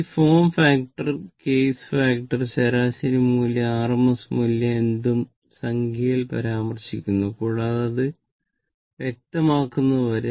ഈ form factor കേസ് factor ശരാശരി മൂല്യം RMS മൂല്യം എന്തും സംഖ്യയിൽ പരാമർശിക്കുന്നു കൂടാതെ അത് വ്യക്തമാക്കുന്നതുവരെ